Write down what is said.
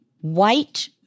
white